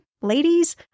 ladies